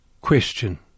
question